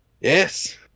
Yes